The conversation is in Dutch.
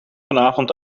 vanavond